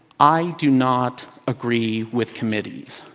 i do not agree with committees.